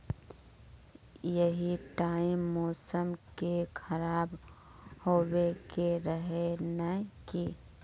यही टाइम मौसम के खराब होबे के रहे नय की?